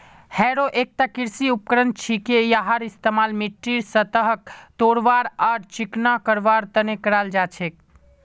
harrow एकता कृषि उपकरण छिके यहार इस्तमाल मिट्टीर सतहक तोड़वार आर चिकना करवार तने कराल जा छेक